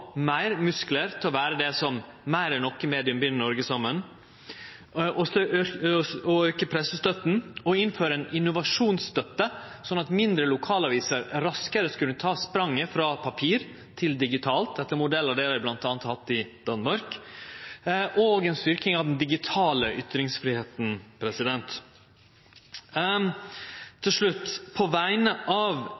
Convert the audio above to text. meir musklar til å vere det som meir enn noko er det medium som bind Noreg saman. Og vi føreslår å auke pressestøtta og innføre ei innovasjonsstøtte, slik at mindre lokalaviser raskare skal kunne ta spranget frå papir til å vere digital, etter modell av det dei bl.a. har hatt i Danmark – ei styrking av den digitale